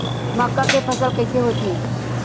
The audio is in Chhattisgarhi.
मक्का के फसल कइसे होथे?